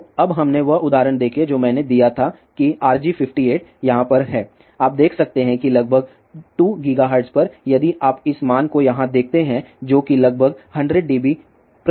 तो अब हमने वह उदाहरण देखें जो मैंने दिया था कि RG58 यहाँ पर है आप देख सकते हैं कि लगभग 2 गिगाहर्ट्ज़ पर यदि आप इस मान को यहाँ देखते हैं जो कि लगभग 100 dB प्रति 85 dB है